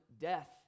death